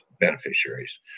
beneficiaries